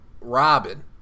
Robin